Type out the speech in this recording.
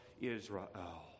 Israel